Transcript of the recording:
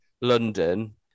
London